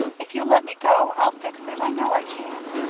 if you'll let me go, i'll fix it. i know i can.